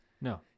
No